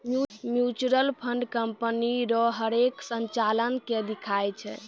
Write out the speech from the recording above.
mutual fund company रो हरेक संचालन के दिखाय छै